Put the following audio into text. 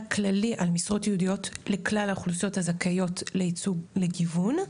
כללי על משרות ייעודיות לכלל האוכלוסיות הזכאית לייצוג לגיוון,